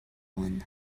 one